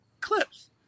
clips